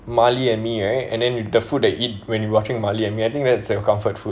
marley and me right and then the food they eat when you watching marley and me I think that's your comfort food